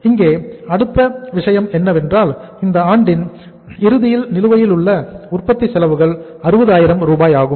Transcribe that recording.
இங்கே அடுத்த விஷயம் என்னவென்றால் இந்த ஆண்டின் இறுதியில் நிலுவையிலுள்ள உற்பத்தி செலவுகள் 60000 ரூபாய் ஆகும்